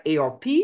ARP